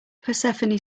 persephone